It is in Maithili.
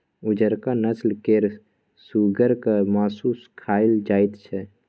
उजरका नस्ल केर सुगरक मासु खाएल जाइत छै